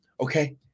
Okay